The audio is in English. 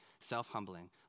self-humbling